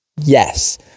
Yes